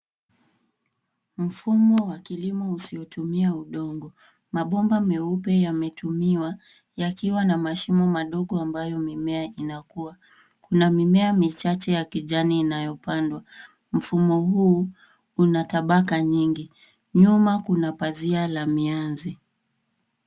Mfumo wa kilimo usiotumia udongo. Mabomba meupe yametumiwa yakiwa na mashimo madogo ambayo mimea inakua. Kuna mimea michache ya kijani inayopandwa. Mfumo huu una tabaka nyingi. Nyuma kuna pazia la mianzi.